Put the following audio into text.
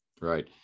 right